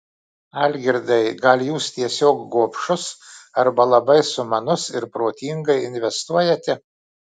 algirdai gal jūs tiesiog gobšus arba labai sumanus ir protingai investuojate